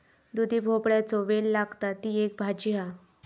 दुधी भोपळ्याचो वेल लागता, ती एक भाजी हा